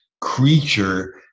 creature